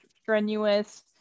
strenuous